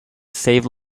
save